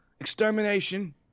extermination